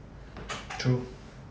TRUE